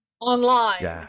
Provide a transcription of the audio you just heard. online